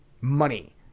Money